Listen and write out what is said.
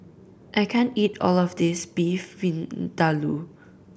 I can't eat all of this Beef Vindaloo